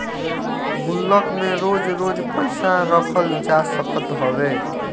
गुल्लक में रोज रोज पईसा रखल जा सकत हवे